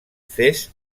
fes